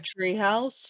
treehouse